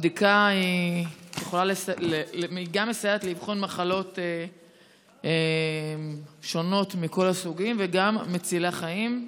הבדיקה גם מסייעת לאבחון מחלות שונות מכל הסוגים וגם מצילה חיים.